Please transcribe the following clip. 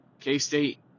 K-State